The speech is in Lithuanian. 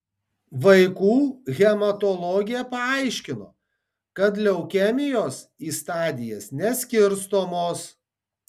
vaikų hematologė paaiškino kad leukemijos į stadijas neskirstomos